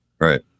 Right